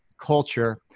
culture